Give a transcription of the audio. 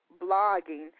blogging